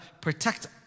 protect